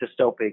dystopic